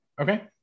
Okay